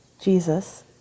Jesus